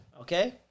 okay